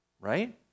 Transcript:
right